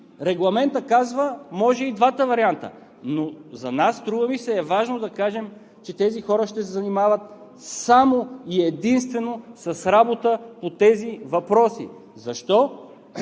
Регламентът казва: може и двата варианта. Но за нас струва ми се е важно да кажем, че тези хора ще се занимават само и единствено с работа по тези въпроси. Защо?